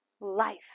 Life